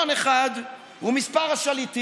בסדר גמור.